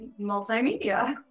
multimedia